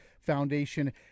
foundation